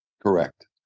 correct